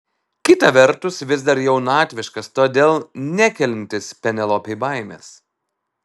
kita vertus vis dar jaunatviškas todėl nekeliantis penelopei baimės